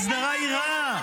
ההסדרה היא רעה.